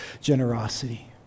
generosity